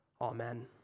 amen